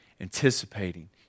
anticipating